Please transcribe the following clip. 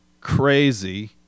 crazy